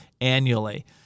annually